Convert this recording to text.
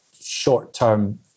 short-term